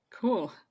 Cool